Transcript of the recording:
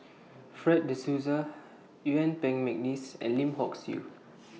Fred De Souza Yuen Peng Mcneice and Lim Hock Siew